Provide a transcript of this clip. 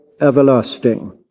everlasting